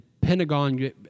Pentagon